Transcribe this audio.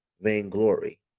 vainglory